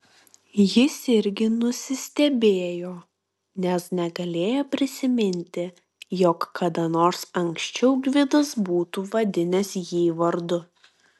jis irgi nusistebėjo nes negalėjo prisiminti jog kada nors anksčiau gvidas būtų vadinęs jį vardu